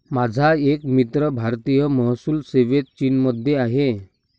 माझा एक मित्र भारतीय महसूल सेवेत चीनमध्ये आहे